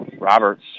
Roberts